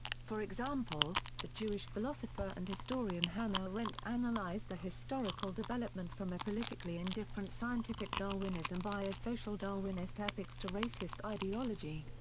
for example, the jewish philosopher and historian hannah arendt analysed the historical development from a politically indifferent scientific darwinism via social darwinist ethics to racist ideology.